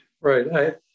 Right